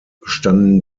standen